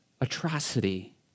atrocity